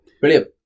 Brilliant